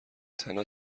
تنها